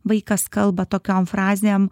vaikas kalba tokiom frazėm